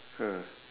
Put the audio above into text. hmm